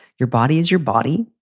your body is your body.